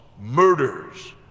murders